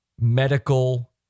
medical